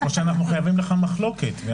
תודה רבה, הישיבה נעולה.